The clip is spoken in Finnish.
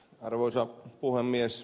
arvoisa puhemies